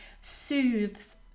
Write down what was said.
soothes